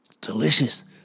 Delicious